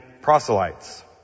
proselytes